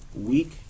week